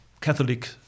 Catholic